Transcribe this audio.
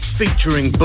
featuring